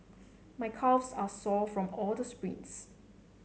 my calves are sore from all the sprints